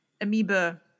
amoeba